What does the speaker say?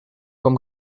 com